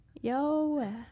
Yo